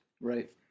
Right